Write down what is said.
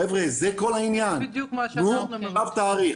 חבר'ה, זה כל העניין, תנו רק תאריך.